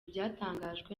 byatangajwe